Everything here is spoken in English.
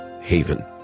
Haven